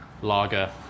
lager